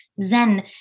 Zen